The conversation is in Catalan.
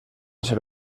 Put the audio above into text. ser